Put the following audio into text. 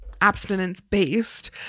abstinence-based